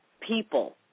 people